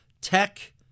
tech